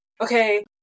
Okay